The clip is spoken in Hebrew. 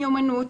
מיומנות,